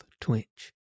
twitch